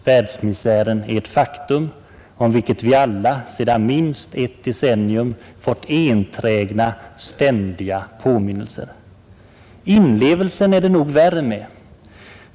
Världsmisären är ett faktum om vilket vi alla sedan minst ett decennium fått enträgna, ständiga påminnelser. Inlevelsen är det nog värre med.